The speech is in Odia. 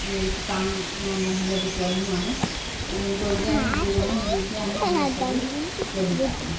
ଏ ତ କାମ୍ ନାଇଁ ହେଲେ ବି ଚଲବୁ ଆମେ ଲେକିନ୍ ବୈଜ୍ଞାନିକ ଯୁଗନୁ ବିଜ୍ଞାନ୍ ନୁ ଆମେ ସବୁ ଚଲି ପାର୍ମୁ